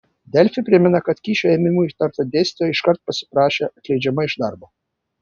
delfi primena kad kyšio ėmimu įtarta dėstytoja iškart pasiprašė atleidžiama iš darbo